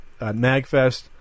MagFest